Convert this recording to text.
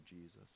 Jesus